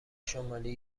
شمالی